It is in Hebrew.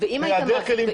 בהיעדר כלים כאלה, כ.